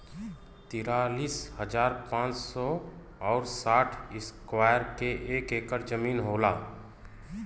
तिरालिस हजार पांच सौ और साठ इस्क्वायर के एक ऐकर जमीन होला